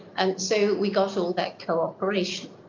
and so we got all that corporation.